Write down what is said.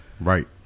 right